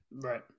right